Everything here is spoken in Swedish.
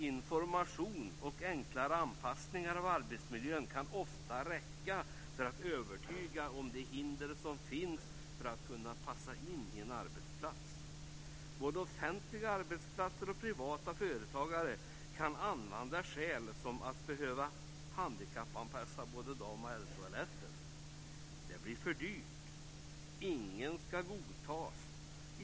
Information och enkla anpassningar av arbetsmiljön kan ofta räcka för att överbrygga de hinder som finns för att kunna passa in på en arbetsplats. Både offentliga arbetsplatser och privata företagare kan använda skäl som att behöva handikappanpassa både dam och herrtoaletten. Det blir för dyrt.